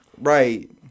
Right